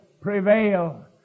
prevail